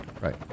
Right